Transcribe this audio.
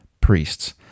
priests